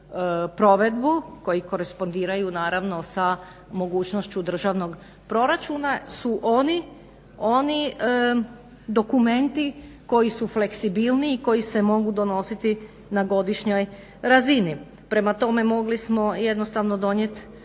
provedbu koji korespondiraju naravno sa mogućnošću državnog proračuna su oni dokumenti koji su fleksibilniji i koji se mogu donositi na godišnjoj razini. Prema tome, mogli smo jednostavno donijeti